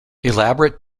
elaborate